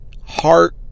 Heart